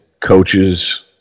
coaches